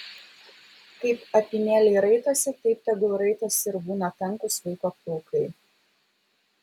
kaip apynėliai raitosi taip tegul raitosi ir būna tankūs vaiko plaukai